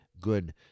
good